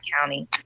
county